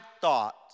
thought